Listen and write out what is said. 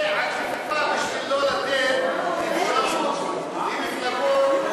זה עקיפה בשביל לא לתת אפשרות למפלגות,